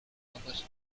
offers